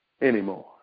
anymore